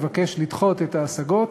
אבקש לדחות את ההשגות